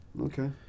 Okay